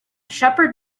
shepherd